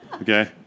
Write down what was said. Okay